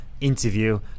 interview